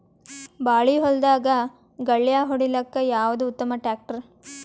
ಬಾಳಿ ಹೊಲದಾಗ ಗಳ್ಯಾ ಹೊಡಿಲಾಕ್ಕ ಯಾವದ ಉತ್ತಮ ಟ್ಯಾಕ್ಟರ್?